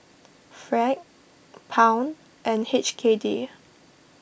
franc pound and H K D